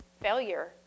failure